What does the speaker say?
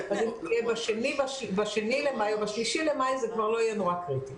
אז אם זה יהיה ב-2 במאי או ב-3 במאי זה כבר לא יהיה נורא קריטי.